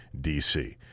DC